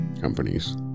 companies